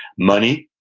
money,